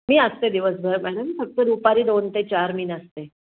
मी असते दिवसभर मॅडम फक्त दुपारी दोन ते चार मी नसते